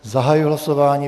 Zahajuji hlasování.